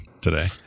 today